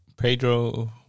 pedro